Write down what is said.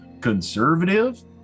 conservative